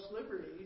liberties